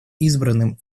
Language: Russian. избранными